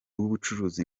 w’ubucuruzi